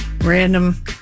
random